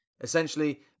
Essentially